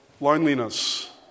loneliness